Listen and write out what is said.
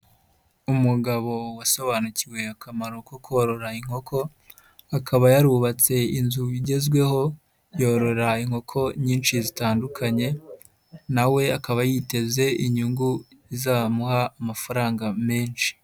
Umugabo wasobanukiwe akamaro ko korora inkoko, akaba yarubatse inzu igezweho, yorora inkoko nyinshi zitandukanye na we akaba yiteze inyungu izamuha amafaranga menshi.